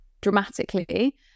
dramatically